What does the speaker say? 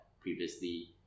previously